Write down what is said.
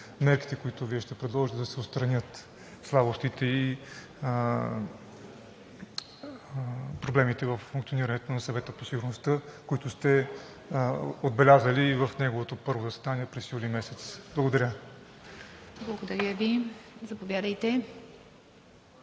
които Вие ще предложите, да се отстранят слабостите и проблемите във функционирането на Съвета по сигурността, които сте отбелязали в неговото първо заседание през месец юли? Благодаря.